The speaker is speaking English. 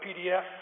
PDF